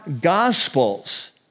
gospels